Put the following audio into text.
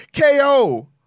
KO